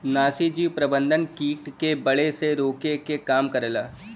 नाशीजीव प्रबंधन कीट के बढ़े से रोके के काम करला